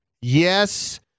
Yes